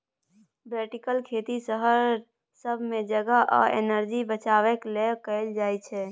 vertical खेती शहर सब मे जगह आ एनर्जी बचेबाक लेल कएल जाइत छै